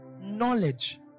knowledge